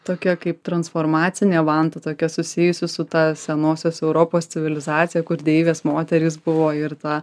tokia kaip transformacinė vanta tokia susijusi su ta senosios europos civilizacija kur deivės moterys buvo ir tą